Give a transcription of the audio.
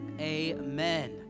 amen